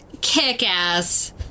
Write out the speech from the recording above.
kick-ass